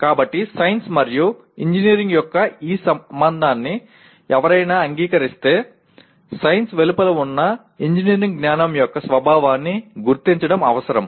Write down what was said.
కాబట్టి సైన్స్ మరియు ఇంజనీరింగ్ యొక్క ఈ సంబంధాన్ని ఎవరైనా అంగీకరిస్తే సైన్స్ వెలుపల ఉన్న ఇంజనీరింగ్ జ్ఞానం యొక్క స్వభావాన్ని గుర్తించడం అవసరం